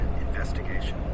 investigation